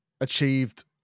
achieved